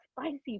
spicy